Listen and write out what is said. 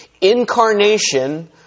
incarnation